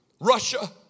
Russia